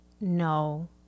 no